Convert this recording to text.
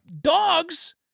Dogs